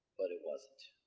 but it wasn't.